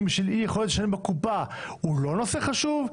בגלל אי יכולת לשלם בקופה הוא לא נושא חשוב?